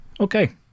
okay